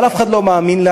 אבל אף אחד לא מאמין לה,